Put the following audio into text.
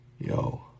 yo